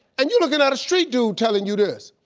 and you're looking at a street dude telling you this.